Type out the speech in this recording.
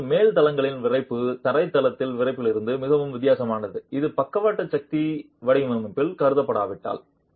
இப்போது மேல் தளங்களின் விறைப்பு தரை தளத்தின் விறைப்பிலிருந்து மிகவும் வித்தியாசமானது இது பக்கவாட்டு சக்தி வடிவமைப்பில் கருதப்படாவிட்டால்